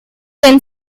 then